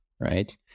right